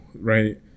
right